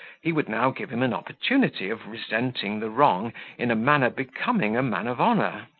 he would now give him an opportunity of resenting the wrong in a manner becoming a man of honour.